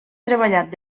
treballat